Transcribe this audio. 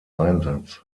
einsatz